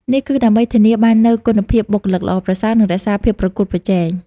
នេះគឺដើម្បី ធានាបាននូវគុណភាពបុគ្គលិកល្អប្រសើរ និងរក្សាភាពប្រកួតប្រជែង។